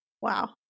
Wow